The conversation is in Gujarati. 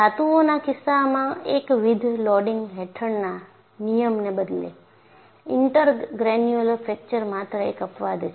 ધાતુઓના કિસ્સામાં એકવિધ લોડિંગ હેઠળના નિયમને બદલે ઇન્ટરગ્રેન્યુલર ફ્રેક્ચર માત્ર એક અપવાદ છે